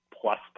Plus